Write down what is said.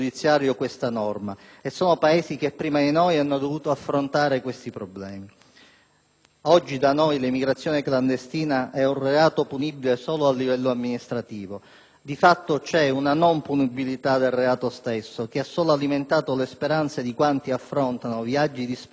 Oggi da noi l'immigrazione clandestina è un reato punibile solo a livello amministrativo. Di fatto, vi è una non punibilità del reato stesso che ha solo alimentato le speranze di quanti affrontano viaggi disperati in mare o con mezzi di fortuna, con il miraggio di condizioni di vita migliori.